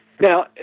Now